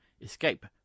escape